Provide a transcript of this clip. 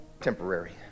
temporary